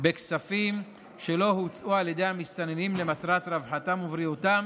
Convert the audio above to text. בכספים שלא הוצאו על ידי המסתננים למטרת רווחתם ובריאותם